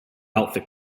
outfit